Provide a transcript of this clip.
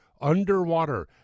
underwater